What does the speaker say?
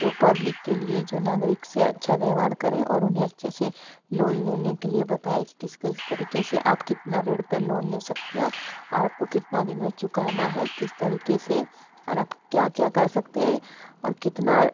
जो पब्लिक के लिए जो नागरिक से अच्छा व्यवहार करे और उन्हें अच्छे से लोन लेने के लिए बताए कि किस किस तरीके से आप कितना रेट पर लोन ले सकते हैं और आपको कितने दिन में चुकाना है किस तरीके से और आप क्या क्या कर सकते हैं और कितना